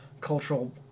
cultural